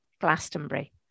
Glastonbury